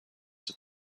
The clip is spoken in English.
that